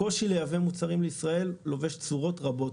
הקושי לייבא מוצרים לישראל לובש צורות רבות,